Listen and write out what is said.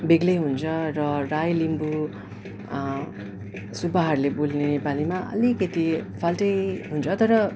बेग्लै हुन्छ र राई लिम्बू सुब्बाहरूले बोल्ने नेपालीमा अलिकति फाल्टै हुन्छ तर